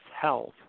health